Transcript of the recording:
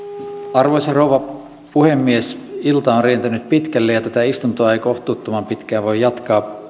arvoisa rouva puhemies ilta on rientänyt pitkälle ja tätä istuntoa ei kohtuuttoman pitkään voi jatkaa